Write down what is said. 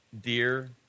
Dear